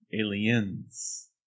Aliens